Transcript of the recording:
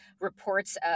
reports